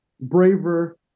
braver